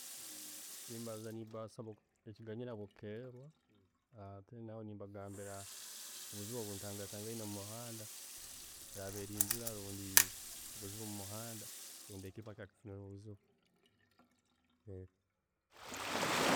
nimbaanza nimbasaba ekiganyilo habwokukerererwa, ahh then aho nimbagambira obuzibu obu ntangatangaine mumuhanda, eraaba eri njura rundi obuzibu mumuhanda, rundi habwaki nfunire obuzibu.